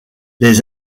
les